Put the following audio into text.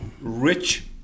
rich